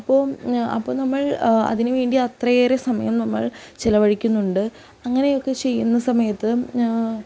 അപ്പോൾ അപ്പോൾ നമ്മൾ അതിന് വേണ്ടി അത്രയേറെ സമയം നമ്മൾ ചെലവഴിക്കുന്നുണ്ട് അങ്ങനെയൊക്കെ ചെയ്യുന്ന സമയത്ത്